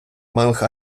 малих